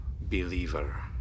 believer